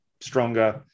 stronger